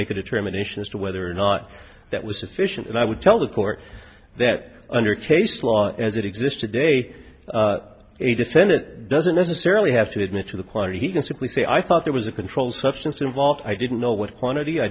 make a determination as to whether or not that was sufficient and i would tell the court that under case law as it exists today a defendant doesn't necessarily have to admit to the choir he can simply say i thought there was a controlled substance involved i didn't know what